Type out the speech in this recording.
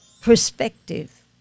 perspective